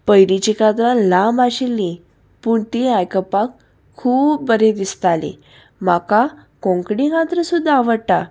पयलींचीं कातरां लांब आशिल्लीं पूण तीं आयकपाक खूब बरें दिसताली म्हाका कोंकणी कतरां सुद्दां आवडटा